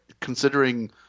considering